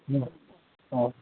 હં હં